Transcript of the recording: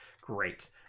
great